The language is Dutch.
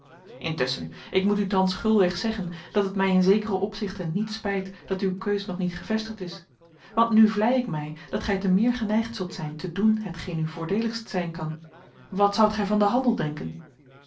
intusschen ik moet u thans gulweg zeggen dat het mij in zekere opzichten niet spijt dat uw keus nog niet gevestigd is want nu vlei ik mij dat gij te meer geneigd zult zijn te doen hetgeen u voordeeligst zijn kan wat zoudt gij van den handel denken